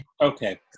Okay